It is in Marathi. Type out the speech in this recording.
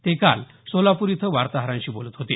ते काल सोलापूर इथं वार्ताहरांशी बोलत होते